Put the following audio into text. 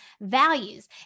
values